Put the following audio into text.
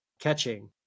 catching